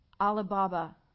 Alibaba